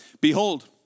Behold